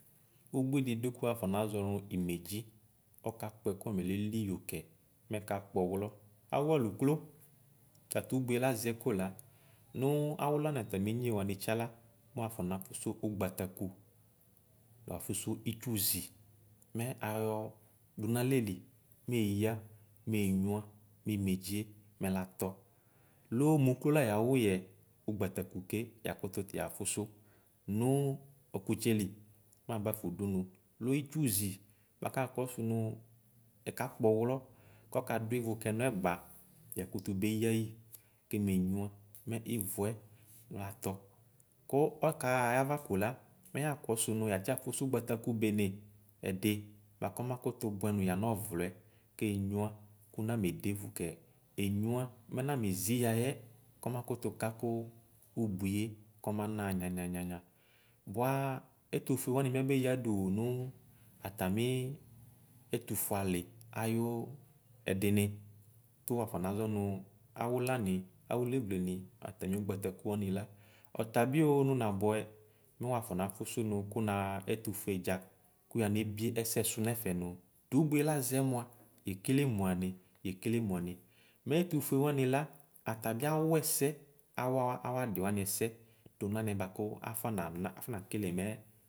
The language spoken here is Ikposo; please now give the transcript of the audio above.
Ʋbui di dʋ ko waƒɔ nazɔ no imedʒi ɔkakpɛ komɛ lele iyo kɛ mɛka kpɔ ɔwlɔ awʋ alʋ ʋklo tatʋ ʋbui λazɛ kola nʋ awʋlam atam inye wam tsa la mʋ wafɔna fusʋ ʋgbatakʋ wafʋsʋ itsuzi mɛ ayo dʋnʋ alɛle meya menyua mimedzie mɛlatɔ loo mʋ ʋklo la yawʋ yɛ ʋgbatako ke yakʋtʋ yaƒʋsʋ no ɔkotsele mɛ abaƒa nʋ dʋnʋ loo itsʋzi bʋakakɔ sʋ nʋ ɛkakpɔ ɔwlɔ kɛkadʋ wʋ kɛ nɛgba yakʋtʋ beya yi kɛme nyua mɛ ivuɛ latɔ kʋ ɔkaxa ayava kola mɛya kɔsʋ nʋ yatsi afʋsʋ ugbatakʋ bene ɛdi bakɔ makʋtʋ bʋɛ nʋ yanʋ ɔulɔɛ kɛnyua kɔna medeƒʋ kɛ enyua mɛ namezi yayɛ kɔma kʋtu kaki ubuie kɔma naxa nyanyanya bʋa ɛtʋfue wani bi abeyadʋ wʋnʋ nʋ atami ɛfufʋe ali ayʋ ɛdini kʋ wafɔ nazɔ nʋ awule ni awʋ lenleni atami ʋgbatakʋ wani la ɔtabio nʋ nabʋɛ mʋ waƒɔna ƒʋsʋ nʋ kʋ naxa ɛfʋƒʋedza kaya nebie ɛsɛ sʋ nelɛ nʋ tʋ ubuie lazɛ mʋa ɛkele mʋani ekele mʋani mɛfʋfʋe wani la atabi awɛsɛ awa awʋadi wan ɛsɛ tʋnɛ anɛ bʋako afɔnana aƒɔ uekele mɛ.